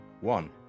one